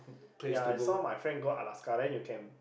ya I saw my friend go Alaska then you can